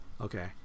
okay